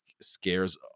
scares